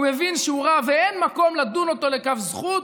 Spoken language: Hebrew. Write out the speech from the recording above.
מבין שהוא רע ואין מקום לדון אותו לכף זכות,